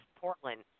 Portland